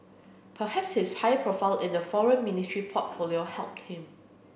perhaps his higher profile in the Foreign Ministry portfolio helped him